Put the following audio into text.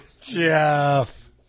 Jeff